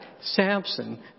Samson